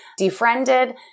defriended